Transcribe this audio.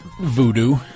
voodoo